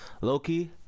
Loki